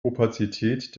opazität